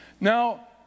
Now